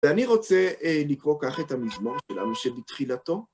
ואני רוצה לקרוא כך את המזמור שלנו שבתחילתו.